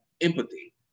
empathy